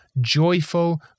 joyful